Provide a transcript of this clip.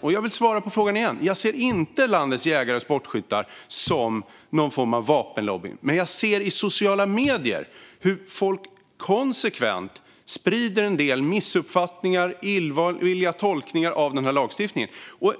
Jag vill svara på frågan igen. Jag ser inte landets jägare och sportskyttar som någon form av vapenlobby. Men jag ser i sociala medier hur folk konsekvent sprider en del missuppfattningar och illvilliga tolkningar av den här lagstiftningen.